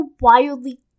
wildly